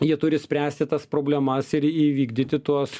jie turi spręsti tas problemas ir įvykdyti tuos